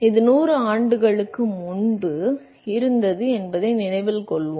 எனவே இது 100 ஆண்டுகளுக்கு முன்பு 100 ஆண்டுகளுக்கு முன்பு இருந்தது என்பதை நினைவில் கொள்க